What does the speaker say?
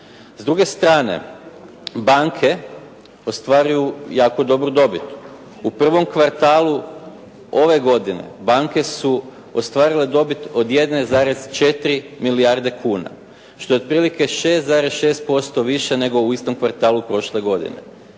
S druge strane banke ostvaruju jako dobru dobit. U prvom kvartalu ove godine banke ostvarile dobit od 1,4 milijarde kuna, što je otprilike 6,6% više nego u istom kvartalu prošle godine.